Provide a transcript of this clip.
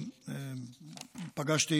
פגשתי